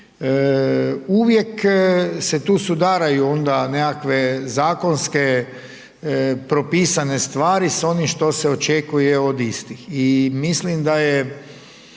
Uvijek se tu sudaraju onda nekakve zakonske propisane stvari sa onim što se očekuje od istih.